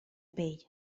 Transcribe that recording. pell